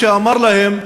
כשאמר להם: